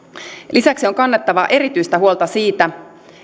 lisäksi on kannettava erityistä huolta siitä